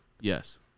Yes